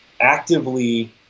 actively